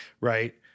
right